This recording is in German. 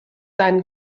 deinen